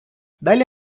далі